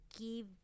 give